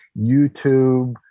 YouTube